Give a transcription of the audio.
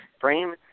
frame